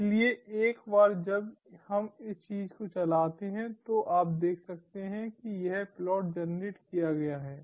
इसलिए एक बार जब हम इस चीज़ को चलाते हैं तो आप देख सकते हैं कि यह प्लॉट जेनरेट किया गया है